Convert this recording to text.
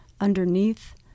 underneath